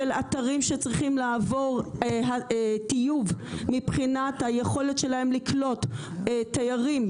של אתרים שצריכים לעבור טיוב מבחינת היכולת שלהם לקלוט תיירים,